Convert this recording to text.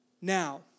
Now